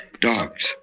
dogs